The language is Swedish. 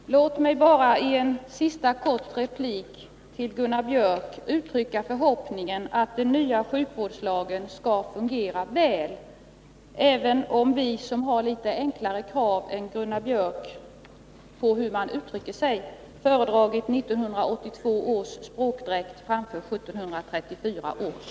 Herr talman! Låt mig bara i en sista kort replik till Gunnar Biörck uttrycka förhoppningen att den nya sjukvårdslagen skall fungera väl, även om vi, som har litet enklare krav än Gunnar Biörck på hur man uttrycker sig, föredragit 1982 års språkdräkt framför 1734 års.